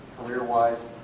career-wise